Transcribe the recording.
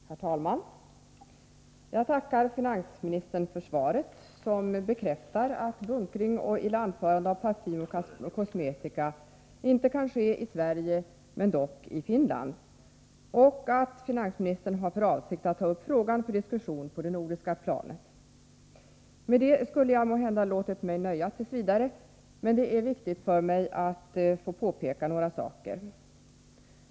Herr talman! Jag tackar finansministern för svaret, som bekräftar att bunkring och ilandförande av parfym och kosmetika inte kan ske i Sverige, men i Finland, och att finansministern har för avsikt att ta upp frågan för diskussion på det nordiska planet. Med det skulle jag måhända ha låtit mig nöja t. v., men det är viktigt för mig att få påpeka några saker.